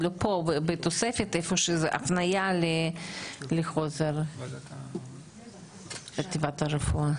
רשומה הפנייה לחוזר של חטיבת הרפואה